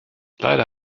leider